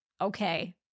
Okay